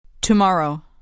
Tomorrow